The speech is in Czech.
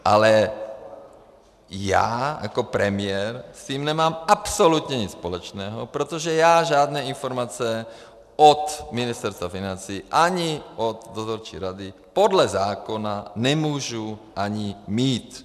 Ale já jako premiér s tím nemám absolutně nic společného, protože žádné informace od Ministerstva financí ani od dozorčí rady podle zákona nemůžu ani mít.